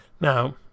now